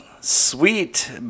sweet